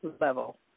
level